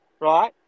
Right